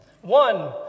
One